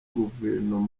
guverineri